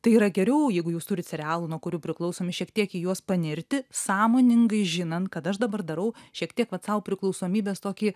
tai yra geriau jeigu jūs turit serialų nuo kurių priklausomi šiek tiek į juos panirti sąmoningai žinant kad aš dabar darau šiek tiek vat sau priklausomybės tokį